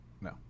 No